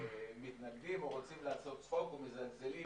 שמתנגדים או רוצים לעשות צחוק ומזלזלים